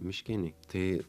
miškiniai tai